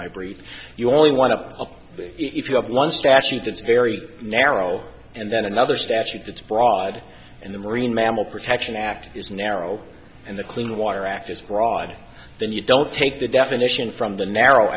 my brief you only want to if you have one statute it's very narrow and then another statute that's broad and the marine mammal protection act is narrow and the clean water act is fraud then you don't take the definition from the narrow